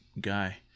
guy